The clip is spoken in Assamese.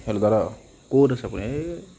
হেল্ল' ক'ত আছে আপুনি